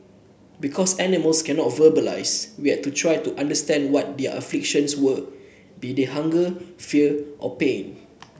because animals cannot verbalise we had to try to understand what their afflictions were be they hunger fear or pain